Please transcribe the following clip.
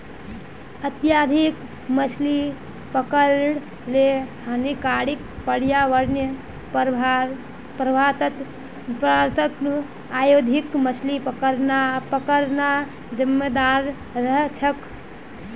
अत्यधिक मछली पकड़ ल हानिकारक पर्यावरणीय प्रभाउर त न औद्योगिक मछली पकड़ना जिम्मेदार रह छेक